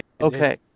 okay